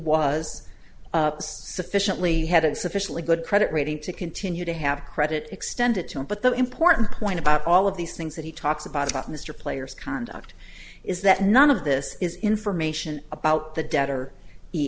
was sufficiently hadn't sufficiently good credit rating to continue to have credit extended to him but the important point about all of these things that he talks about about mr player's conduct is that none of this is information about the de